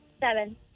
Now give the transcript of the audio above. Seven